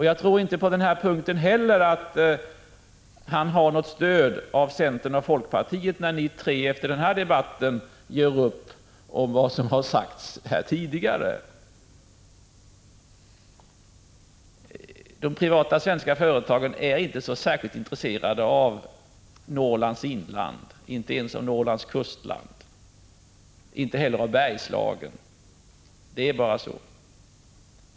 Jag tror inte att Per Westerberg och moderata samlingspartiet heller på denna punkt har något stöd från centern och folkpartiet, när de tre partierna efter denna debatt skall göra upp om vad som har sagts här tidigare. De privata svenska företagen är inte särskilt intresserade av Norrlands inland —-inte ens av Norrlands kustland — och inte heller av Bergslagen. Det är bara så.